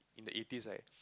in the eighties like